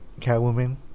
Catwoman